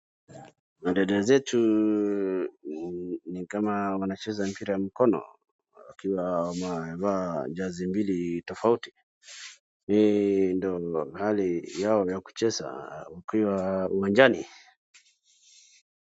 Madada zetu ni kama wanacheza mpira ya mkono wakiwa wamevaa jersey mbili tofauti, hii ndo hali yao ya kucheza wakiwa uwanjani.